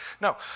No